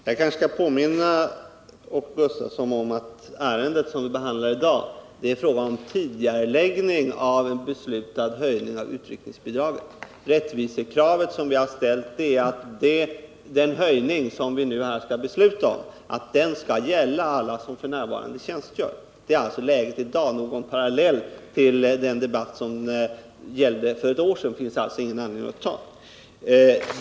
Herr talman! Jag kanske bör påminna Åke Gustavsson om att ärendet som vi behandlar i dag gäller tidigareläggning av en höjning av utryckningsbidraget. Rättvisekravet som vi har ställt är att den höjning som riksdagen nu beslutar om skall gälla alla som f. n. tjänstgör. Det är alltså läget i dag. Någon parallell med den debatt som fördes för ett år sedan finns det ingen anledning att dra.